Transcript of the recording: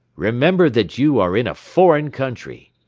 remember that you are in a foreign country!